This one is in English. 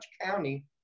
county